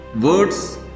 words